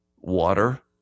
water